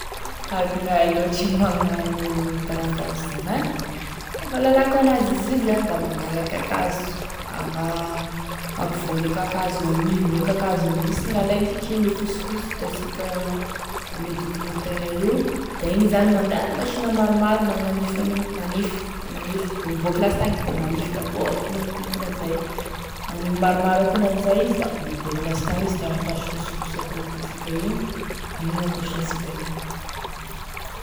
Ankognaia loatry e magnano taratasy zay agny e fahalalako an'azy, izy io zany da mangalaky kakazo, anga- ampovoane kakazo gn'agnivone kakazo ao minsy gn'alay satria igny fosifosy, hitasika ame documentaire io da igny zany mandalo masinina maromaro menanify an'igny magnify da magnify, miboaky lastagny izy da magnify, da mbola haniny akonokonanzay haniny maromaro akonan'izay izy da miboaky lastagny izy taratasy fosifosy akoa hitasika igny igny gn'ampesaisika igny.